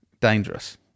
Dangerous